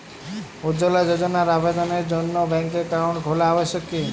উজ্জ্বলা যোজনার আবেদনের জন্য ব্যাঙ্কে অ্যাকাউন্ট খোলা আবশ্যক কি?